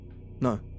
No